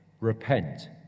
Repent